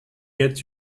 get